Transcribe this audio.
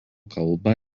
kalba